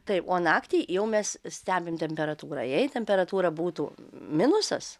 taip o naktį jau mes stebim temperatūrą jei temperatūra būtų minusas